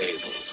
table